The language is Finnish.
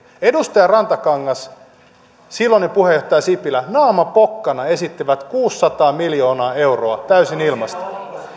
edustaja rantakangas ja silloinen puheenjohtaja sipilä naama pokkana esittivät kuusisataa miljoonaa euroa täysin ilmasta